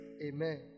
Amen